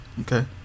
okay